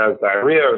diarrhea